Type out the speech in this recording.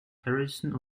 harrison